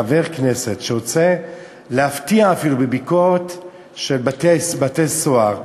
שחבר כנסת שרוצה להפתיע אפילו בביקורת של בתי-סוהר,